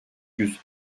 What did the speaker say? yüz